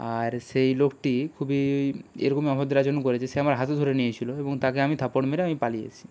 আর সেই লোকটি খুবই এরকমই অভদ্র আচরণ করেছে সে আমার হাতও ধরে নিয়েছিলো এবং তাকে আমি থাপ্পর মেরে আমি পালিয়ে এসেছি